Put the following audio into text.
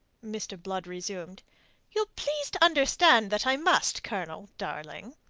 mr. blood resumed ye'll please to understand that i must, colonel, darling.